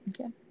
okay